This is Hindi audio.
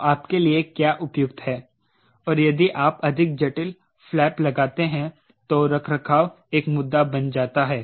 तो आपके लिए क्या उपयुक्त है और यदि आप अधिक जटिल फ्लैप लगाते हैं तो रखरखाव एक मुद्दा बन जाता है